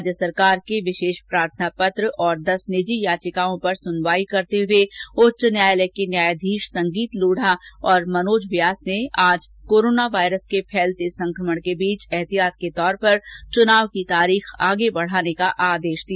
राज्य सरकार के विशेष प्रार्थना पत्र और दस निजी याचिकाओं पर सुनवाई करते हुए उच्च न्यायालय के न्यायाधीश संगीत लोढा और मनोज व्यास ने आज कोरोना वायरस र्क फैलते संकमण के बीच एहतियात के तौर पर चुनाव की तारीख आगे बढाने का यह आदेश दिया